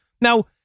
Now